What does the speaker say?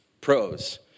Pros